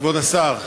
כבוד השר,